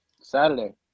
Saturday